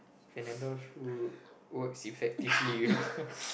Panadol flu works effectively you know